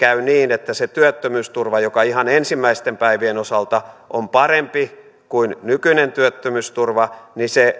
että se työttömyysturva joka ihan ensimmäisten päivien osalta on parempi kuin nykyinen työttömyysturva